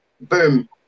boom